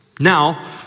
Now